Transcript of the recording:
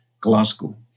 Glasgow